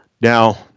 Now